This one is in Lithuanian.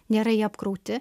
nėra jie apkrauti